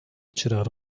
tirar